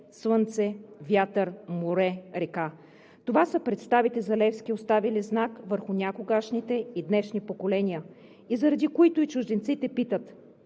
слънце, вятър, море, река. Това са представите за Левски, оставили знак върху някогашните и днешните поколения, и заради които и чужденците питат: